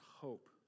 hope